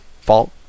fault